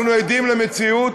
אנחנו עדים למציאות